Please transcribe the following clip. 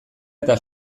eta